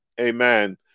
Amen